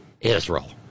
Israel